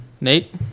Nate